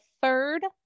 third